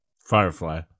Firefly